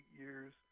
years